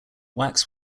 wax